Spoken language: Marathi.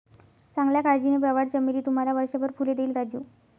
चांगल्या काळजीने, प्रवाळ चमेली तुम्हाला वर्षभर फुले देईल राजू